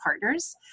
partners